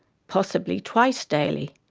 possibly twice daily.